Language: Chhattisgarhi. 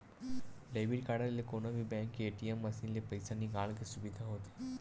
डेबिट कारड ले कोनो भी बेंक के ए.टी.एम मसीन ले पइसा निकाले के सुबिधा होथे